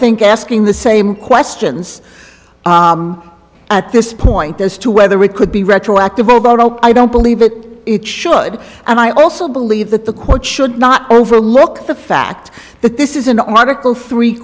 think asking the same questions at this point as to whether it could be retroactive about oh i don't believe it it should and i also believe that the court should not overlook the fact that this is an article three